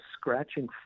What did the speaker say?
scratching